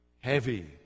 heavy